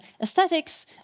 aesthetics